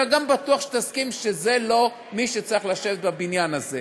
בטוח שאתה תסכים שזה לא מי שצריך לשבת בבניין הזה.